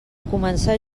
començar